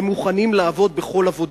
הם מוכנים לעבוד בכל עבודה.